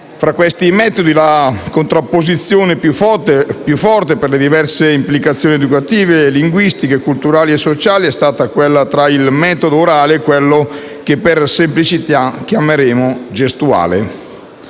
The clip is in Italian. problematica. La contrapposizione più forte per le diverse implicazioni educative, linguistiche, culturali e sociali è stata quella tra il metodo orale e quello che, per semplicità, chiameremo gestuale.